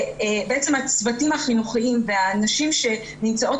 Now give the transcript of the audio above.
שהצוותים החינוכיים והנשים שנמצאות